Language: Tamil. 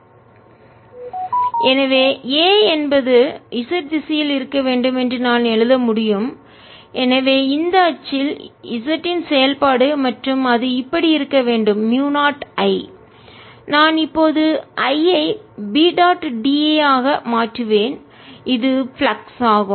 daϕ Az 2 R2R2z232 ϕπa2Bπa2NLI Azz a2NIL L2π2L2π2z232 எனவே A என்பது z திசையில் இருக்க வேண்டும் என்று நான் எழுத முடியும் எனவே இந்த அச்சில் z இன் செயல்பாடு மற்றும் அது இப்படி இருக்க வேண்டும் மூயு 0 I நான் இப்போது I ஐ B டாட் da ஆக மாற்றுவேன் இது ஃப்ளக்ஸ் ஆகும்